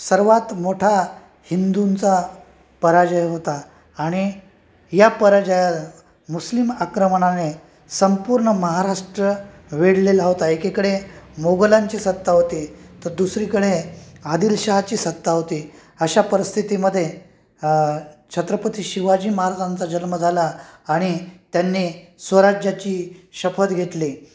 सर्वात मोठा हिंदूंचा पराजय होता आणि या पराजया मुस्लिम आक्रमणाने संपूर्ण महाराष्ट्र वेढलेला होता एकेकडे मोगलांची सत्ता होती तर दुसरीकडे आदिल शहाची सत्ता होती अशा परिस्थितीमध्ये छत्रपती शिवाजी महाराजांचा जन्म झाला आणि त्यांनी स्वराज्याची शपथ घेतली